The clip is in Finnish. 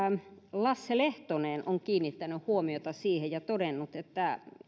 lasse lehtonen on kiinnittänyt huomiota siihen ja todennut että